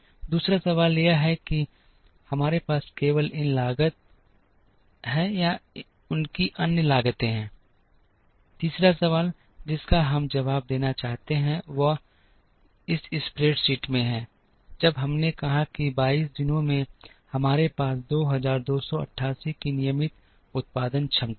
दूसरा सवाल यह है कि हमारे पास केवल इन लागत हैं या उनकी अन्य लागतें हैं तीसरा सवाल जिसका हम जवाब देना चाहते हैं वह इस स्प्रेडशीट में है जब हमने कहा कि 22 दिनों में हमारे पास 2288 की नियमित उत्पादन क्षमता है